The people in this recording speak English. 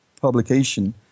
publication